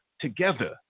together